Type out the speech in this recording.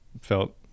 felt